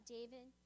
David